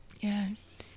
yes